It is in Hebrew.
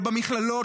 לא במכללות,